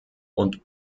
und